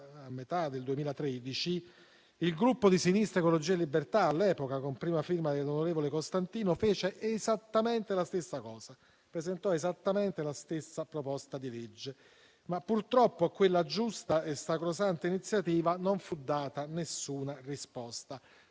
a metà del 2013, il Gruppo di Sinistra Ecologia e Libertà, all'epoca, con prima firma dell'onorevole Costantino, presentò esattamente la stessa proposta di legge, ma purtroppo a quella giusta e sacrosanta iniziativa non fu data alcuna risposta.